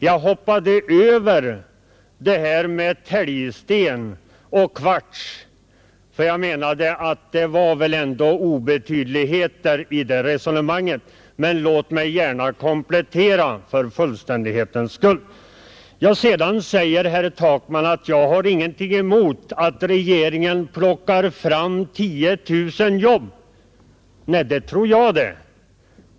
Jag hoppade över det där om täljsten och kvarts, eftersom jag tyckte att det ändå var obetydligheter i sammanhanget, men låt mig gärna komplettera med det för fullständighetens skull. Sedan sade herr Takman att han inte har någonting emot att regeringen plockar fram 10 000 jobb. Nej, det tror jag det!